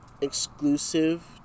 exclusive